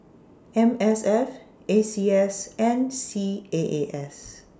M S F A C S and C A A S